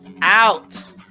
out